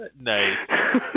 Nice